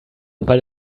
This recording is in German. weil